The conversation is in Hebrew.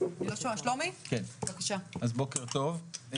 בוקר טוב,